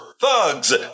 thugs